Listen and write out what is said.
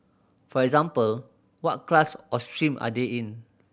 for example what class or stream are they in